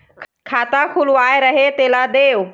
खाता खुलवाय रहे तेला देव?